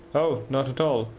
oh, not at all,